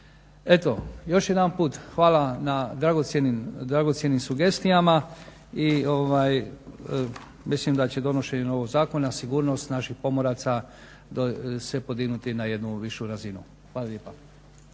Eto, još jedanput hvala na dragocjenim sugestijama i mislim da će donošenje ovog Zakona sigurnost naših pomoraca se podignuti na jednu višu razinu. Hvala vam lijepa.